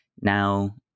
now